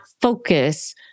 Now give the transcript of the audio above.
focus